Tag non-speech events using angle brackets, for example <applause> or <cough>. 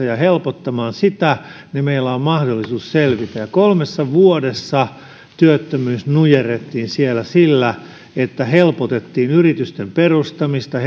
<unintelligible> ja helpottamaan sitä niin meillä on mahdollisuus selvitä ja kolmessa vuodessa työttömyys nujerrettiin siellä sillä että helpotettiin yritysten perustamista <unintelligible>